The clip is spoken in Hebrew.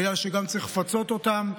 בגלל שגם צריך לפצות אותם,